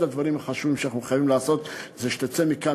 אחד הדברים החשובים שאנחנו חייבים לעשות זה שתצא מכאן